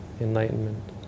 enlightenment